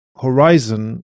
horizon